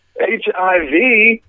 HIV